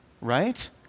right